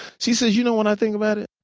she says, you know what i thin about it?